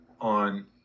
on